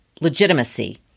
legitimacy